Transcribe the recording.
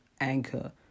Anchor